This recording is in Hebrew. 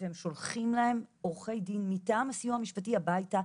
והם שולחים להם עורכי דין מטעם הסיוע המשפטי הביתה.